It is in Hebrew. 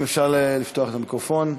חבר הכנסת קיש.